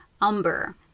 Umber